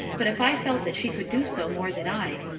but if i felt that she could do so more than i,